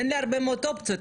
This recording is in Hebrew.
אין לי הרבה מאוד אופציות,